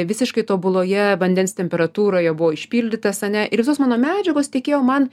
visiškai tobuloje vandens temperatūroje buvo išpildytas ane ir visos mano medžiagos tekėjo man